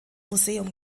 museum